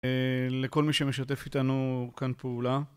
לכל מי שמשתף איתנו, כאן פעולה.